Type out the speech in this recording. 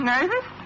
Nervous